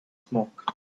smoke